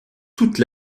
toute